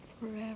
Forever